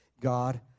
God